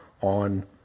on